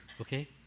okay